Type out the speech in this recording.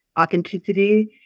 authenticity